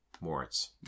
Moritz